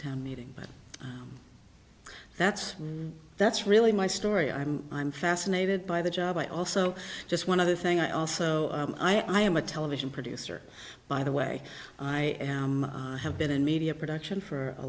town meeting but that's that's really my story i'm i'm fascinated by the job i also just one other thing i also i am a television producer by the way i am i have been in media production for a